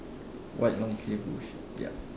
white long sleeves shirt yup